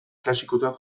klasikotzat